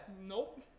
Nope